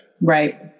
right